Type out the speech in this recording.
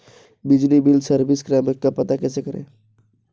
बिजली bill service क्रमांक का पता कैसे करें?